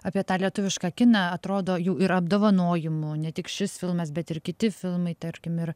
apie tą lietuvišką kiną atrodo jų ir apdovanojimų ne tik šis filmas bet ir kiti filmai tarkim ir